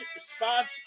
spots